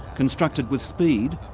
constructed with speed,